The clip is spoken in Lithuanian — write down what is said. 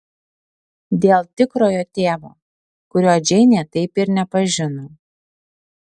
dėl tikrojo tėvo kurio džeinė taip ir nepažino